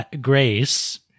Grace